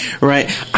right